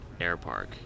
Airpark